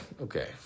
Okay